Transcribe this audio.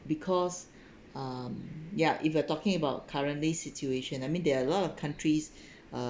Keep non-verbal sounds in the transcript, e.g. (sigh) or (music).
because um ya if I talking about currently situation I mean there are a lot of countries (breath) uh